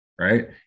Right